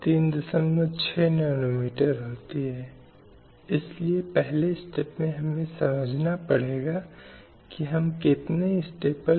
और इसके उन्मूलन की दिशा में प्रभावी कदम उठाए गए हैं